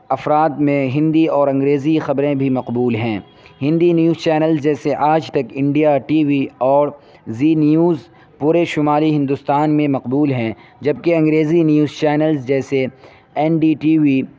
افراد میں ہندی اور انگریزی خبریں بھی مقبول ہیں ہندی نیوز چینل جیسے Aaj Tak India T V اور زی نیوز پورے شمالی ہندوستان میں مقبول ہیں جبکہ انگریزی نیوز چینلز جیسے این ڈی ٹی وی